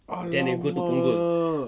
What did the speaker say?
!alamak!